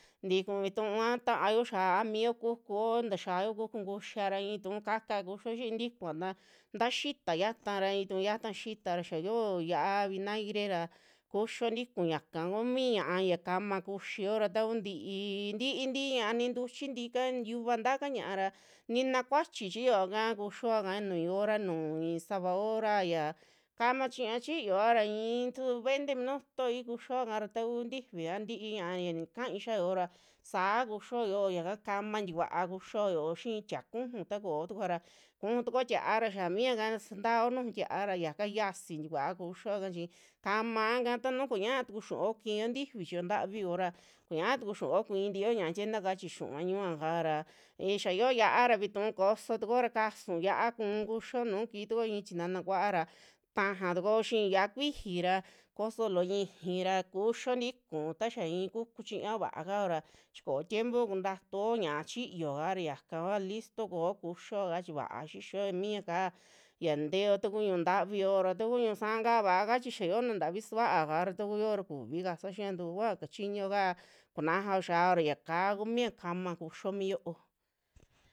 Tiku vituu a taayo xaa a mio kukuo taxiao kuku kuxiara i'i kaka kuxio xiiri ntikuva taa xita yatara, ii tuu yata xita ra xia yoo xia'a vinagre ra kuxio ntiku yaka kuu mi ña'a ya kama kuxio ra takuntii, tii, tii ña'a ni ntuchi tiika, yuva taka ña'a ra nina kuachi chiyoaka kuxioa ka nuu i'i hora a nuju i'i sava hora xiaa kama chiña chiyo i'ii su veinte minutoi kuxioa kara takuu ntifi a tii ñaa ya kaai xiaa yoo ra saa kuxioa yoo yaka kamatikua kuxioa yio xii tia'a kuju takoo tukua ra, kuju tukuo tia'a ra xaa miaka sutao nuju tia'a ra xaka xiasi tikuaa kuxioa kaa chi kamaka tanu kuñia tuku xiuo kiyo ntifi chi yo ntavi kuora, kuñaa tuku xiuo kii tiiyo ña'a tienda ka chi xiu'u ñuua kaara xia yoo xia'a ra vituu koso tukuoara kasuu xia'a kuu kuxio nuu kii tukuo i'i tinana kua'a ra taja tukuo xii xia'a kuiji ra koso loo ixiira kuyio ntiku ta ya i'i kuku chiñao vaakao ra chi koo tiempo kuntatuo ñia'a chiyoa ra yaka kua listo kuo kuxio kaa chi vaa xixio mia kaa ya teo taku ñu'u ntavi yo ra, takuu ñu'u sa'a ka vaaka chi xaa xiona ntavi suvaaka ta kuu xioo ra kuvi kasao xiiya taku kuaao kachiñuoka kunajao xiao ra yakaa kumi ya kama kuxio mi yo'o.